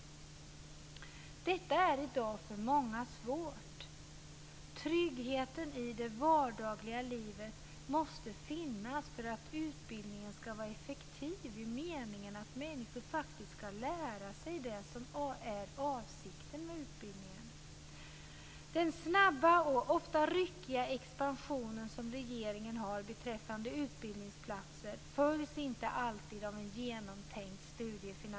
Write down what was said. Detta är i dag för många svårt. Tryggheten i det vardagliga livet måste finnas för att utbildningen skall vara effektiv i meningen att människor faktiskt skall lära sig det som är avsikten med utbildningen. Regeringens snabba och ofta ryckiga expansion av utbildningsplatser följs inte alltid av en genomtänkt studiefinansiering.